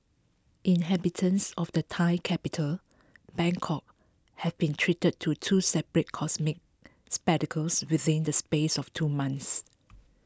inhabitants of the Thai capital Bangkok have been treated to two separate cosmic spectacles within the space of two months